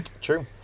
True